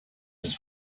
ist